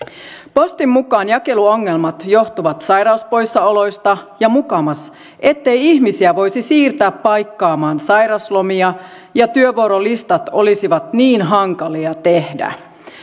postin mukaan jakeluongelmat johtuvat sairauspoissaoloista ja mukamas siitä ettei ihmisiä voisi siirtää paikkaamaan sairauslomia ja työvuorolistat olisivat niin hankalia tehdä